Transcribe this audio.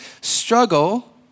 struggle